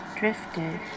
drifted